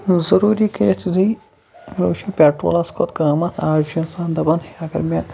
ضروٗری کیاہ آسہِ تیُتھُے بہٕ وٕچھٕ پیٹرولَس کھوٚت قَۭمتھ آز چھُ اِنسان دَپان ہے اَگر مےٚ